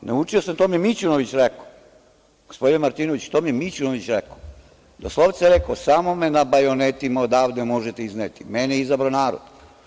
Naučio sam, to mi Mićunović rekao, gospodine Martinoviću, to mi je Mićunović rekao, doslovce je rekao „samo me na bajonetima odavde možete izneti, mene je izabrao narod“